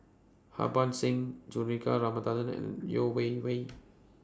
Harbans Singh Juthika Ramanathan and Yeo Wei Wei